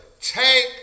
take